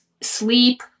sleep